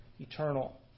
eternal